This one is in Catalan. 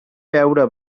veure